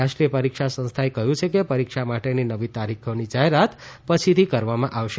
રાષ્ટ્રીય પરીક્ષા સંસ્થાએ કહ્યું છે કે પરીક્ષા માટેની નવી તારીખોની જાહેરાત પછીથી કરવામાં આવશે